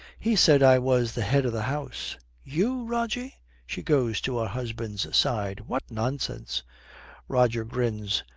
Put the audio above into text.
he said i was the head of the house you, rogie she goes to her husband's side. what nonsense roger grins.